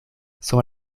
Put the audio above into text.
sur